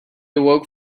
awoke